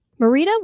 Marita